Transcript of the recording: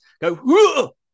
go